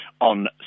on